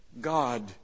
God